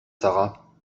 sara